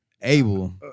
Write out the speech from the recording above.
able